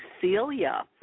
Celia